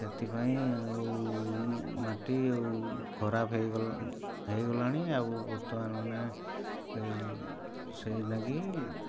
ସେଥିପାଇଁ ଆଉ ମାଟି ଆଉ ଖରାପ ହେଇଗଲା ହେଇଗଲାଣି ଆଉ ବର୍ତ୍ତମାନ ମାନେ ସେଇଲାଗି